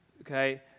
Okay